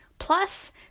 Plus